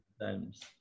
times